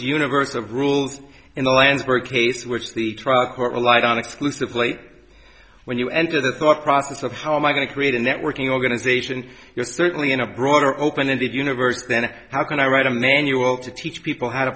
universe of rules in the landsburg case which the trial court relied on exclusively when you enter the thought process of how am i going to create a networking organization you're certainly in a broader open ended universe then how can i write a manual to teach people how to